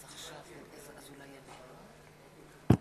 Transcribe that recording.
אדוני היושב-ראש,